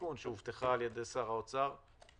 בסיכון שהובטחה על ידי שר האוצר לוועדה,